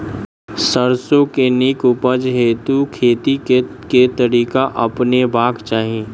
सैरसो केँ नीक उपज हेतु खेती केँ केँ तरीका अपनेबाक चाहि?